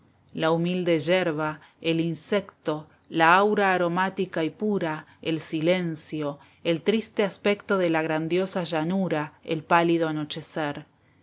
la humilde yerba el insecto la aura aromática y pura el silencio el triste aspecto de la grandiosa llanura el pálido anochecer las